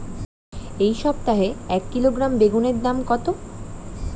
এই সপ্তাহে এক কিলোগ্রাম বেগুন এর দাম কত?